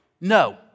No